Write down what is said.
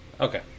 Okay